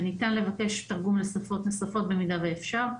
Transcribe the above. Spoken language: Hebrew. וניתן לבקש תרגום לשפות נוספות במידה ואפשר.